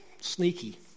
sneaky